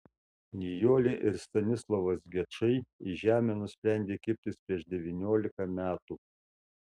nijolė ir stanislovas gečai į žemę nusprendė kibtis prieš devyniolika metų